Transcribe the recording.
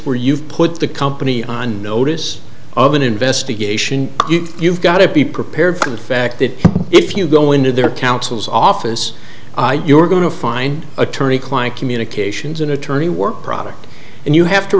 where you've put the company on notice of an investigation you've got to be prepared for the fact that if you go into their counsel's office you are going to find attorney client communications an attorney work product and you have to